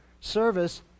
service